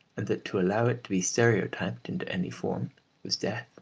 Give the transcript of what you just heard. and that to allow it to be stereotyped into any form was death